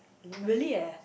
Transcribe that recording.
really eh